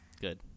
Good